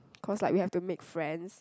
cause like we have to make friends